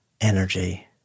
energy